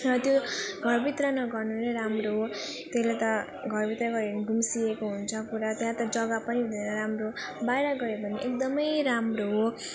र त्यो घरभित्र नगर्नु नै राम्रो हो त्यसले त घरभित्र गऱ्यो भने गुम्सिएको हुन्छ पुरा त्यहाँ त जगा पनि हुँदैन राम्रो बाहिर गर्यो भने एकदम राम्रो हो